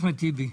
אחמד טיבי.